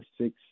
six